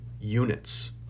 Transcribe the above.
units